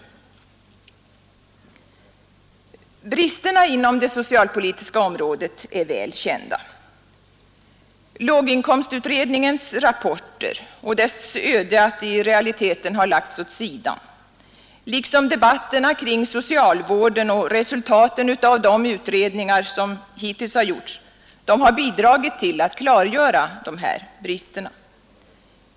Bristerna inom det socialpolitiska området är väl kända. Låginkomstutredningens rapport och dess öde att i realiteten ha lagts åt sidan liksom debatterna om socialvården och resultaten av de utredningar som hittills gjorts har bidragit till att klargöra dessa brister.